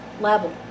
level